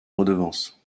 redevance